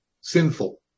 sinful